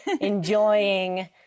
enjoying